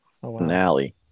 finale